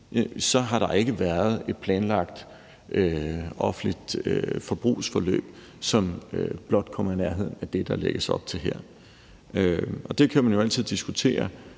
så har der ikke været et planlagt offentligt forbrugsforløb, som blot kommer i nærheden af det, der lægges op til her. Der kan man jo altid diskutere,